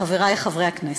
חברי חברי הכנסת,